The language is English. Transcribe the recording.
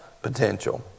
Potential